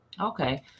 okay